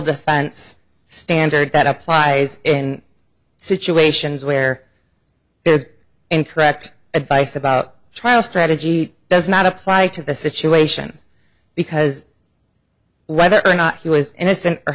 defense standard that applies in situations where there is incorrect advice about trial strategy does not apply to the situation because whether or not he was innocent or